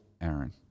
Aaron